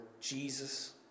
Jesus